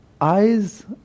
eyes